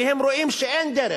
כי הם רואים שאין דרך,